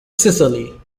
sicily